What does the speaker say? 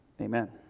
Amen